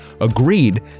agreed